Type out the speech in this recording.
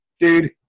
Dude